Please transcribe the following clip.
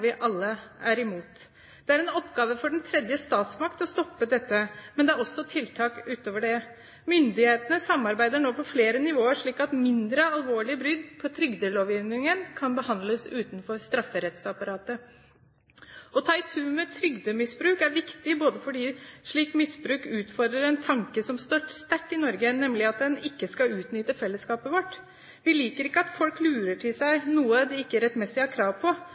en oppgave for den tredje statsmakt å stoppe dette, men det er også tiltak utover det. Myndighetene samarbeider nå på flere nivåer, slik at mindre alvorlige brudd på trygdelovgivningen kan behandles utenfor strafferettsapparatet. Å ta i tu med trygdemisbruk er viktig fordi slikt misbruk utfordrer en tanke som står sterkt i Norge, nemlig at en ikke skal utnytte fellesskapet vårt. Vi liker ikke at folk lurer til seg noe de ikke rettmessig har krav på.